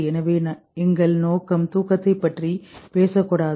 எனவே எங்கள் நோக்கம் தூக்கத்தைப் பற்றி பேசக்கூடாது